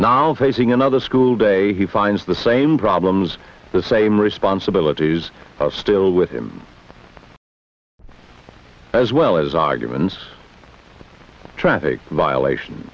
now facing another school day he finds the same problems the same responsibilities still with him as well as arguments traffic violation